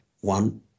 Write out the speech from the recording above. one